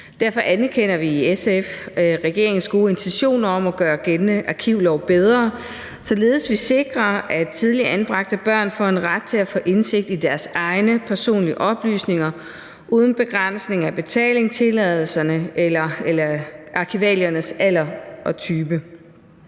Derfor anerkender vi i SF regeringens gode intentioner om at gøre gældende arkivlov bedre, således at vi sikrer, at tidligere anbragte børn får ret til at få indsigt i deres egne personlige oplysninger uden begrænsning i forhold til betaling, tilladelser eller arkivaliernes alder og type.